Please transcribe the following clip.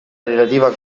relativa